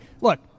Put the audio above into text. look